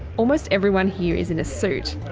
almost everyone here is in a suit.